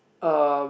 um